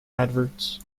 adverts